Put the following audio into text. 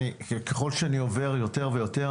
ככל שאני עובר ויותר,